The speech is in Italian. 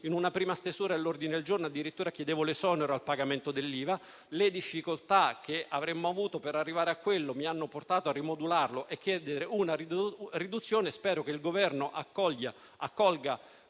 In una prima stesura dell'ordine del giorno addirittura chiedevo l'esonero dal pagamento dell'IVA. Le difficoltà che avremmo avuto per arrivare a quello mi hanno portato a rimodularlo e a chiedere una riduzione. Spero che il Governo possa